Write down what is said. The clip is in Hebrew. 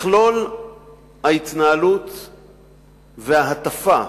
מכלול ההתנהלות וההטפה,